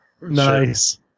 Nice